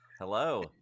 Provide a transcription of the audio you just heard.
Hello